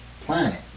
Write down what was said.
planet